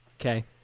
okay